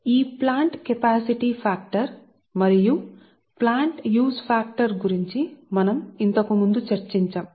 ఈ plant capacity factor మరియు plant use factor ఇంతకుముందు మేము చర్చించాము